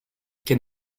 can